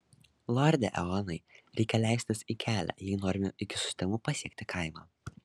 lorde eonai reikia leistis į kelią jei norime iki sutemų pasiekti kaimą